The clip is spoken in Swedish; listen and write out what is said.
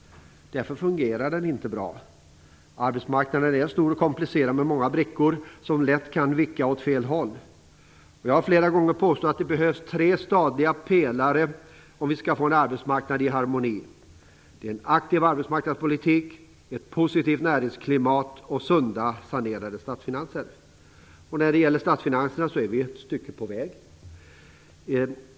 Därför fungerar den inte bra. Arbetsmarknaden är stor och komplicerad med många brickor som lätt kan vicka åt fel håll. Jag har flera gånger påstått att det behövs tre stadiga pelare om vi skall få en arbetsmarknad i harmoni. De är en aktiv arbetsmarknadspolitik, ett positivt näringsklimat och sunda, sanerade statsfinanser. När det gäller statsfinanserna är vi ett stycke på väg.